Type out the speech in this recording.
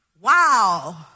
Wow